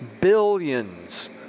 billions